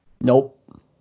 Nope